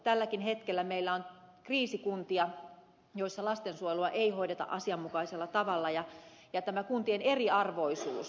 tälläkin hetkellä meillä on kriisikuntia joissa lastensuojelua ei hoideta asianmukaisella tavalla ja on tämä kuntien eriarvoisuus